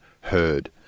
heard